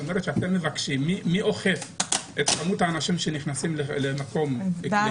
מי אוכף את מספר האנשים שנכנסים לקניון?